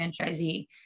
franchisee